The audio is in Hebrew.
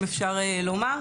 אם אפשר לומר.